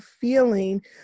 feeling